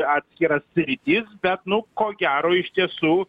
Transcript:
atskiras sritis bet nu ko gero iš tiesų